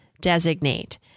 designate